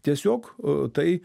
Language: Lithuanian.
tiesiog tai